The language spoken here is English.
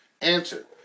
Answer